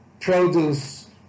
produce